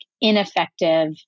ineffective